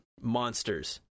monsters